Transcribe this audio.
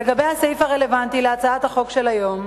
לגבי הסעיף הרלוונטי להצעת החוק של היום.